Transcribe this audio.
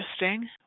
interesting